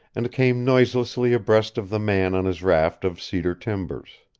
and came noiselessly abreast of the man on his raft of cedar timbers.